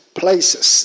places